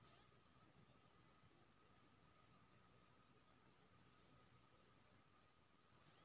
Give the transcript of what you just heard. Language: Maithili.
टेन सँ खसि पड़लै त दुनू पयर कटि गेलै आब ओकरा विकलांगता बीमा भेटितै